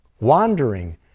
Wandering